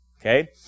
Okay